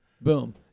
Boom